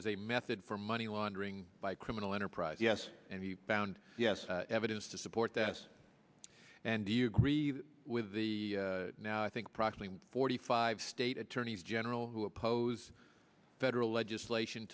as a method for money laundering by criminal enterprise yes and he found yes evidence to support this and do you agree with the now i think probably forty five state attorneys general who oppose federal legislation